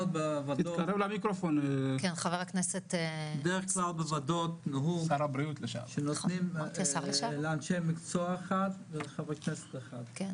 בדרך כלל בוועדות נהוג שנותנים לאנשי מקצוע ולחברי הכנסת לסירוגין